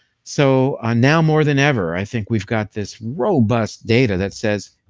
so ah now more than ever, i think we've got this robust data that says,